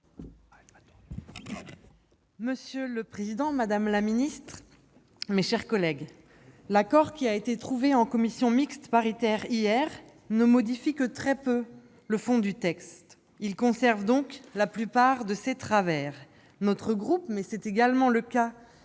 Monsieur le président, madame la ministre, mes chers collègues, l'accord trouvé en commission mixte paritaire hier ne modifie que très peu le fond du texte. Celui-ci conserve donc la plupart de ses travers. Mon groupe, comme pratiquement tous